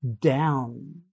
down